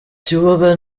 kibuga